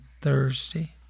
Thursday